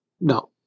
No